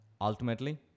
Ultimately